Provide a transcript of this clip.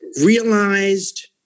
realized